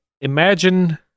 imagine